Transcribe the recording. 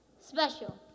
Special